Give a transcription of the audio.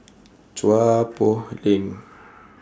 Chua Poh Leng